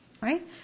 right